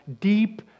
deep